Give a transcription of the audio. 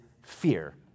fear